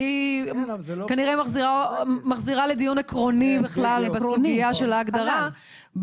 היא כנראה מחזירה לדיון עקרוני בכלל את הסוגייה של ההגדרה.